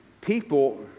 People